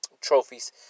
trophies